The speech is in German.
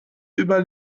über